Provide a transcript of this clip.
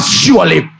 surely